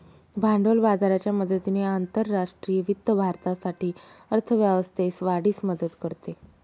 भांडवल बाजाराच्या मदतीने आंतरराष्ट्रीय वित्त भारतासाठी अर्थ व्यवस्थेस वाढीस मदत करते